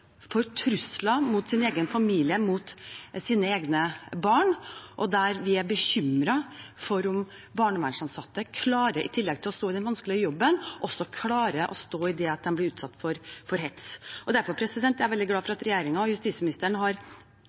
for trusler mot sin egen familie, mot sine egne barn. Vi er bekymret for om barnevernsansatte i tillegg til å stå i den vanskelige jobben klarer å stå i det å bli utsatt for hets. Derfor er jeg veldig glad for at regjeringen og justisministeren nå har